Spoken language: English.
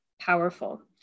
powerful